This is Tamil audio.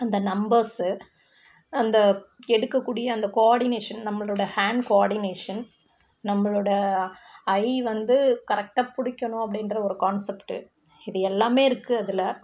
அந்த நம்பர்ஸு அந்த எடுக்கக்கூடிய அந்த கோ ஆர்டினேஷன் நம்மளோட ஹாண்ட் கோ ஆர்டினேஷன் நம்மளோட ஐ வந்து கரெக்டாக பிடிக்கணும் அப்படின்ற ஒரு கான்சப்ட்டு இது எல்லாமே இருக்குது அதில்